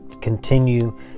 continue